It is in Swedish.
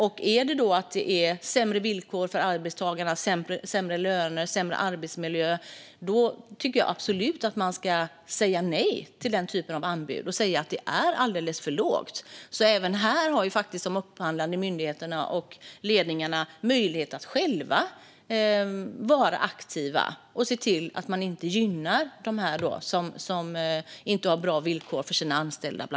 Om det beror på sämre villkor, löner och arbetsmiljö för arbetstagarna tycker jag absolut att man ska säga nej till anbudet och tala om att det är alldeles för lågt. Även här har de upphandlande myndigheterna och ledningarna alltså möjlighet att själva vara aktiva och se till att inte gynna dem som bland annat inte har bra villkor för sina anställda.